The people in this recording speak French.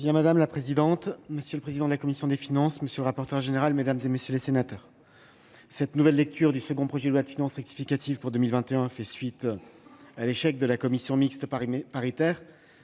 Madame la présidente, monsieur le président de la commission des finances, monsieur le rapporteur général, mesdames, messieurs les sénateurs, l'examen en nouvelle lecture de ce second projet de loi de finances rectificative pour 2021 fait suite à l'échec de la commission mixte paritaire.